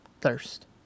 thirst